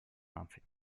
наций